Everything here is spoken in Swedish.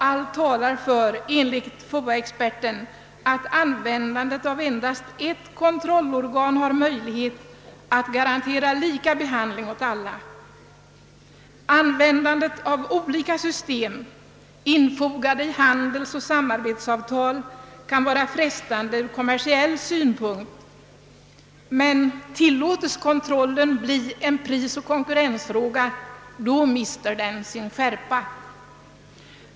Allt talar enligt FOA-experten för att användandet av endast ett kontrollorgan kan garantera samma behandling åt alla. Nyttjandet av olika system, infogade i handelsoch samarbetsavtal, kan vara frestande från kommersiell synpunkt, men tillåtes kontrollen bli en prisoch konkurrensfråga mister den sin skärpa.